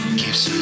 keeps